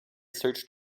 search